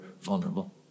vulnerable